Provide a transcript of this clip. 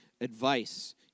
advice